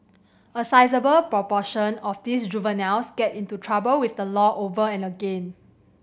a sizeable proportion of these juveniles get into trouble with the law over and again